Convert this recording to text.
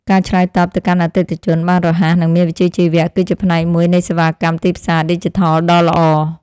ការឆ្លើយតបទៅកាន់អតិថិជនបានរហ័សនិងមានវិជ្ជាជីវៈ គឺជាផ្នែកមួយនៃសេវាកម្មទីផ្សារឌីជីថលដ៏ល្អ។